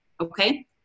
okay